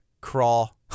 crawl